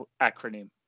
acronym